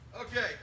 Okay